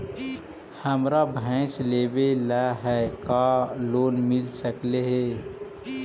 हमरा भैस लेबे ल है का लोन मिल सकले हे?